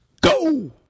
Go